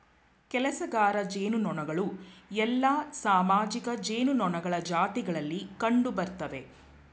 ಕೆಲಸಗಾರ ಜೇನುನೊಣಗಳು ಎಲ್ಲಾ ಸಾಮಾಜಿಕ ಜೇನುನೊಣಗಳ ಜಾತಿಗಳಲ್ಲಿ ಕಂಡುಬರ್ತ್ತವೆ